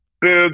boobs